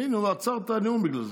הינה, הוא עצר את הנאום בגלל זה.